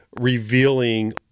revealing